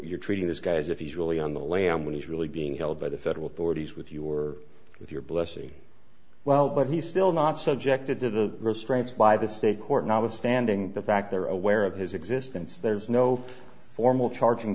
we're treating this guy as if usually on the lam when he's really being held by the federal authorities with you or with your blessing well but he's still not subjected to the restraints by the state court notwithstanding the fact they're aware of his existence there's no formal charging